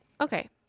Okay